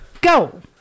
Go